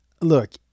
Look